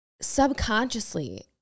subconsciously